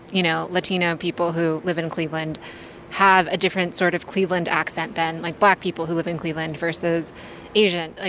you know, latino people who live in cleveland have a different sort of cleveland accent than, like, black people who live in cleveland versus asian? ah